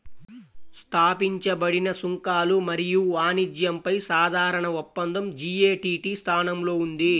స్థాపించబడిన సుంకాలు మరియు వాణిజ్యంపై సాధారణ ఒప్పందం జి.ఎ.టి.టి స్థానంలో ఉంది